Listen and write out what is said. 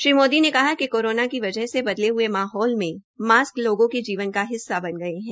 श्री मोदी ने कहा कि कोरोना की वजह से बदले हये माहौल में मास्क लोगों के जीवन का हिस्सा बन गये है